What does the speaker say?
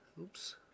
Oops